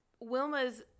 Wilma's